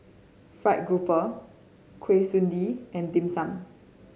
Fried Grouper Kuih Suji and Dim Sum